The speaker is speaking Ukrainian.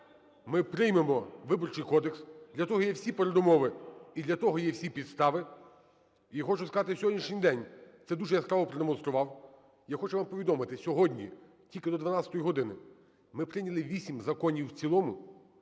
Ми приймемо Виборчий кодекс, для того є всі передумови і для того є всі підстави. І хочу сказати, сьогоднішній день це дуже яскраво продемонстрував. Я хочу вам повідомити, сьогодні тільки до 12 години ми прийняли 8 законів в цілому,